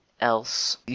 else